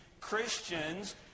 Christians